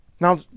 Now